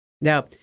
Now